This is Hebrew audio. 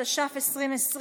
התש"ף 2020,